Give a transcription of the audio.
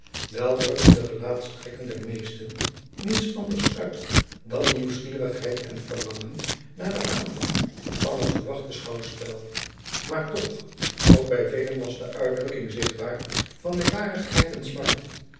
wel drukten de gelaatstrekken der meesten niets anders uit dan nieuwsgierigheid en verlangen naar den aanvang van het verwachte schouwspel maar toch ook by velen was een uitdrukking zichtbaar van meêwarigheid en smart